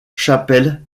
chapelle